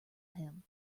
him